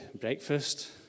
breakfast